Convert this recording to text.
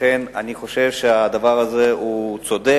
לכן אני חושב שהדבר הזה צודק,